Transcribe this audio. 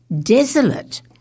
desolate